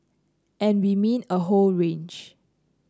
and we mean a whole range